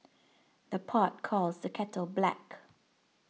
the pot calls the kettle black